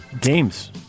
Games